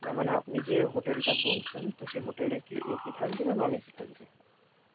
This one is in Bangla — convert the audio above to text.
না মানে আপনি যে হোটেলটা বলছেন তো সেই হোটেলে কি এসি থাকবে না নন এসি থাকবে